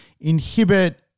inhibit